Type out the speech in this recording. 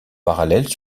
parallèle